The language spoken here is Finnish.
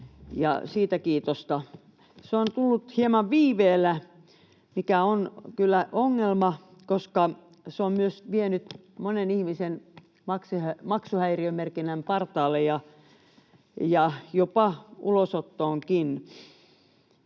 siitä kiitosta. Se on tullut hieman viiveellä, mikä on kyllä ongelma, koska se on myös vienyt monen ihmisen maksuhäiriömerkinnän partaalle ja jopa ulosottoon.